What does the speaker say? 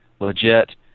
legit